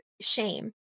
shame